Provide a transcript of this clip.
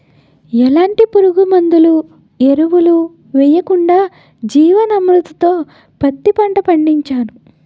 ఎలాంటి పురుగుమందులు, ఎరువులు యెయ్యకుండా జీవన్ అమృత్ తో పత్తి పంట పండించాను